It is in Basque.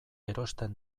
erosten